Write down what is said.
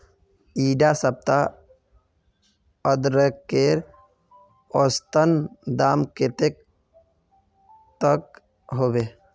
इडा सप्ताह अदरकेर औसतन दाम कतेक तक होबे?